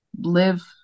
live